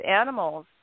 animals